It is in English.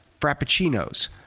frappuccinos